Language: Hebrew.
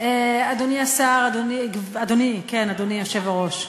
אדוני השר, אדוני, כן, אדוני היושב-ראש,